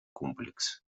комплекс